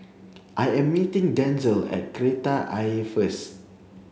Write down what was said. I am meeting Denzell at Kreta Ayer first